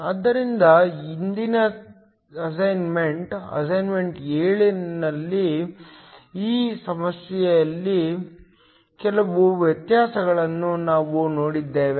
ಆದ್ದರಿಂದ ಹಿಂದಿನ assignment assignment 7 ನಲ್ಲಿ ಈ ಸಮಸ್ಯೆಯ ಕೆಲವು ವ್ಯತ್ಯಾಸಗಳನ್ನು ನಾವು ನೋಡಿದ್ದೇವೆ